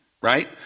right